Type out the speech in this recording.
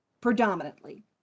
predominantly